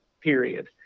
period